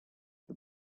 the